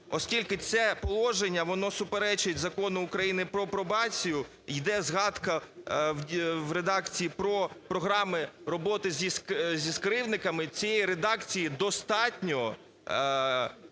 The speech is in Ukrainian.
оскільки це положення, воно суперечить Закону України "Про пробацію", йде згадка в редакції про програми роботи зі кривдниками, цієї редакції достатньо